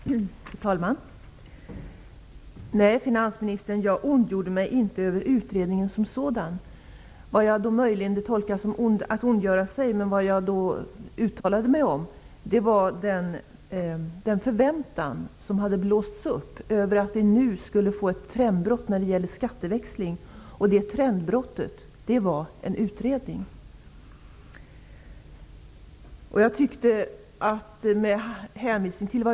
Fru talman! Nej, finansministern, jag ondgjorde mig inte över utredningen som sådan. Vad jag uttalade mig om var den förväntan som hade blåsts upp på att vi nu skulle få ett trendbrott när det gäller skatteväxling och att det trendbrottet skulle bestå av en utredning.